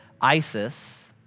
Isis